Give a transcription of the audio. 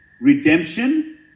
redemption